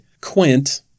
Quint